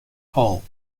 hall